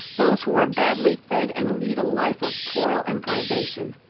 those who are badly fed and lead a life of toil and privation.